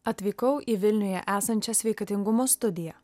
atvykau į vilniuje esančią sveikatingumo studiją